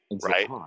right